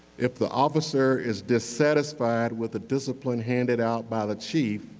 if the officer is dissatisfied with the discipline handed out by the chief,